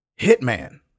Hitman